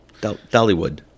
Dollywood